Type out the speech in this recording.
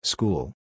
School